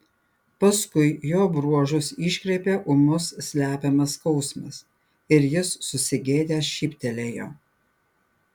paskui jo bruožus iškreipė ūmus slepiamas skausmas ir jis susigėdęs šyptelėjo